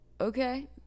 okay